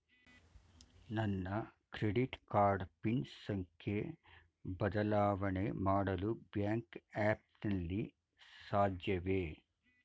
ನನ್ನ credit card PIN ಸಂಖ್ಯೆ ಬದಲಾವಣೆ ಮಾಡಲು ಬ್ಯಾಂಕ್ ಆ್ಯಪ್ ನಲ್ಲಿ ಸಾಧ್ಯವೇ?